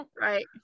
Right